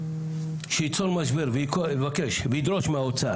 שייצור משבר וידרוש מהאוצר,